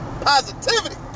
positivity